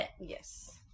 Yes